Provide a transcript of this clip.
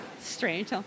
strange